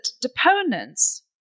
deponents